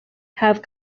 have